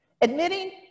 Admitting